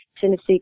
Tennessee